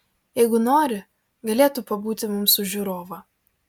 jeigu nori galėtų pabūti mums už žiūrovą